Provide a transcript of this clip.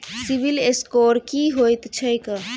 CIBIL score की होइत छैक?